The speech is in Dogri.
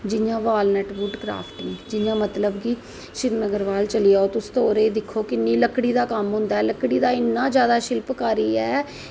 जियां बालनट नुट क्राफ्टिंग जियां मतलव कि श्रीनगर चली जाओ तुस ते दिक्खो किन्नां लकड़ी दा कम्म होंदा ऐ लकड़ी दा इन्ना जादा शिल्पकारी ऐ